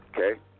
Okay